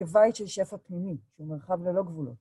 תוואי של שפע פנימי, שהוא מרחב ללא גבולות